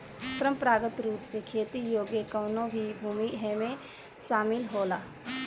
परंपरागत रूप से खेती योग्य कवनो भी भूमि एमे शामिल होला